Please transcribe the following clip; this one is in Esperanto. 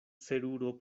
seruro